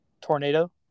tornado